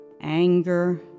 anger